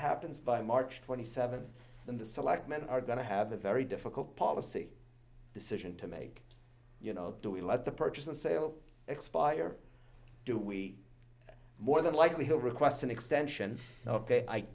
happens by march twenty seventh then the selectmen are going to have a very difficult policy decision to make you know do we let the purchase and sale expire do we more than likely he'll request an extension ok